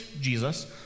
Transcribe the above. Jesus